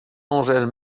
angèle